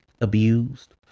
abused